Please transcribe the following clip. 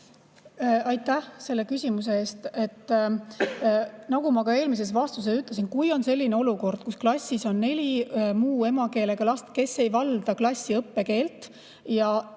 Aitäh selle küsimuse eest! Nagu ma ka eelmises vastuses ütlesin: kui on selline olukord, kus klassis on neli muu emakeelega last, kes ei valda klassi õppekeelt, ja